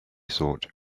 thought